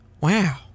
Wow